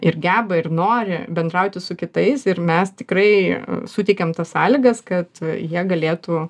ir geba ir nori bendrauti su kitais ir mes tikrai suteikiam tas sąlygas kad jie galėtų